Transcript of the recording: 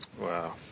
Wow